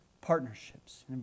partnerships